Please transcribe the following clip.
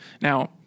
now